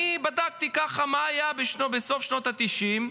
אני בדקתי מה היה בסוף שנות התשעים.